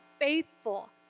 faithful